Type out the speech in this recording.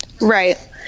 Right